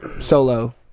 solo